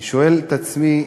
אני שואל את עצמי,